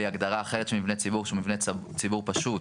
הגדרה אחרת של מבנה ציבור שהוא מבנה ציבור פשוט